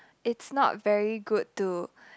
it's not very good to